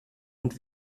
und